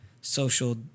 social